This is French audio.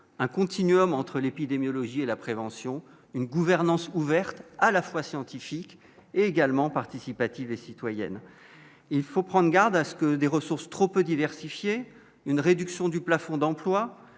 un continuum entre l'épidémiologie et la prévention, une gouvernance ouverte à la fois scientifique également participative et citoyenne, il faut prendre garde à ce que des ressources trop peu diversifiée, une réduction du plafond d'emplois,